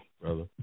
brother